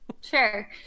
sure